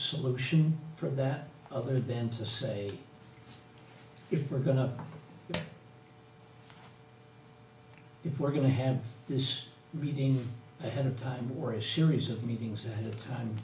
solution for that other than to say if we're going to if we're going to have this reading ahead of time we're a series of meetings ahead of time